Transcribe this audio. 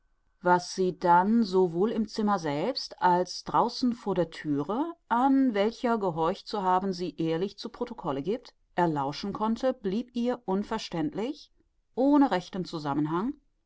was sie dann sowohl im zimmer selbst als draußen vor der thüre an welcher gehorcht zu haben sie ehrlich zu protocolle giebt erlauschen konnte blieb ihr unverständlich ohne rechten zusammenhang